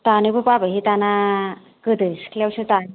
दानोबो बाबायहाय दाना गोदो सिख्लायावसो दायोमोन